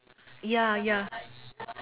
ya ya